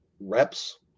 reps